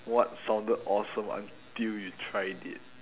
what sounded awesome until you tried it